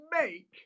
make